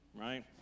right